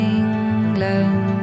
England